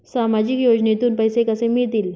सामाजिक योजनेतून पैसे कसे मिळतील?